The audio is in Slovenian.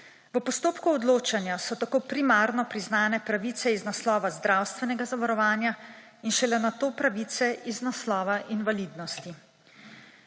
V postopku odločanja so tako primarno priznane pravice iz naslova zdravstvenega zavarovanja in šele nato pravice iz naslova invalidnosti.